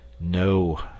No